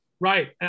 Right